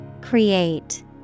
Create